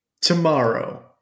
tomorrow